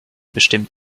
bestimmt